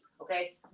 Okay